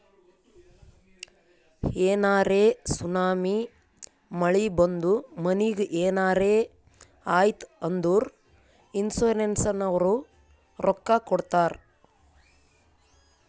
ಏನರೇ ಸುನಾಮಿ, ಮಳಿ ಬಂದು ಮನಿಗ್ ಏನರೇ ಆಯ್ತ್ ಅಂದುರ್ ಇನ್ಸೂರೆನ್ಸನವ್ರು ರೊಕ್ಕಾ ಕೊಡ್ತಾರ್